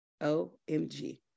OMG